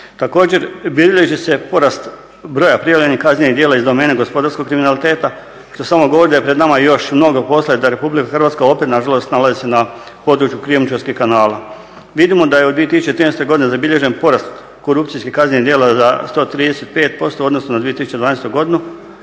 Također bilježi se porast broja prijavljenih kaznenih djela iz domene gospodarskog kriminaliteta što samo govori da je pred nama još mnogo posla i da Republika Hrvatska opet nažalost nalazi se na području krijumčarskih kanala. Vidimo da je u 2013. zabilježen porast korupcijskih kaznenih djela za 135% u odnosu na 2012. godinu